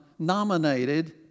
nominated